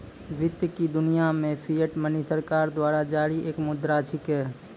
वित्त की दुनिया मे फिएट मनी सरकार द्वारा जारी एक मुद्रा छिकै